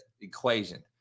equation